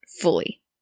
fully